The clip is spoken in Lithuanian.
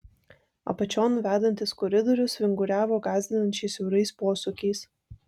apačion vedantis koridorius vinguriavo gąsdinančiai siaurais posūkiais